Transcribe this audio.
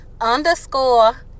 underscore